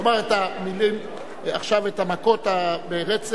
תאמר עכשיו את המכות ברצף,